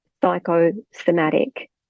psychosomatic